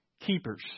keepers